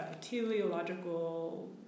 teleological